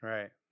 Right